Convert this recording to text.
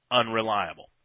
unreliable